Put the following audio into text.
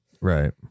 right